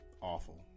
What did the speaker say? Awful